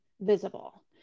visible